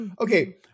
okay